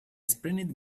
sprained